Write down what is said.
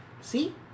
See